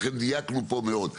לכן, דייקנו פה מאוד.